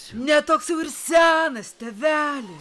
ne toks jau ir senas tėveli